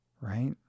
Right